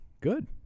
Good